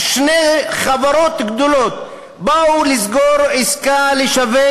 שתי חברות גדולות באו לסגור עסקה לשווק